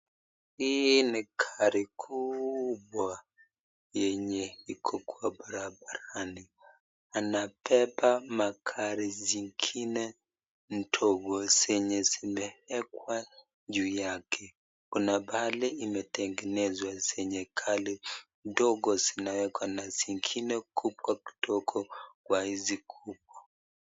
Hii ni gafi kubwa yenye iko kwa barabarani. Anabeba magari zingine ndogo zenye zimewekwa juu yake kuna pahali imetengenezewa zenye gari ndogo zinawekwa na zingine kubwa kidogo kwa hizi kubwa.